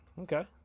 Okay